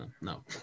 No